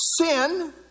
sin